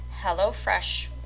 HelloFresh